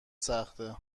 سخته